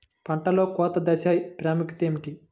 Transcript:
పంటలో కోత దశ ప్రాముఖ్యత ఏమిటి?